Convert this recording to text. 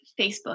Facebook